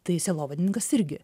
tai sielovadininkas irgi